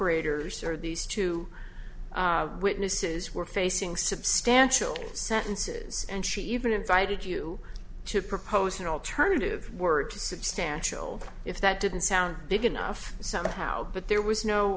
cooperators or these two witnesses were facing substantial sentences and she even invited you to propose an alternative word to substantial if that didn't sound big enough somehow but there was no